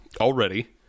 already